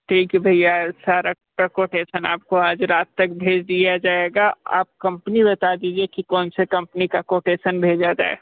ठीक है भैया सारा कोटेशन आपको आज रात तक भेज दिया जाएगा आप कम्पनी बता दीजिए कि कौन से कम्पनी का कोटेशन भेजा जाए